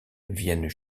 vienne